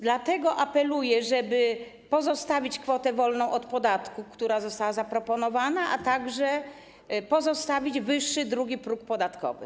Dlatego apeluję, żeby pozostawić kwotę wolną od podatku, która została zaproponowana, a także pozostawić wyższy drugi próg podatkowy.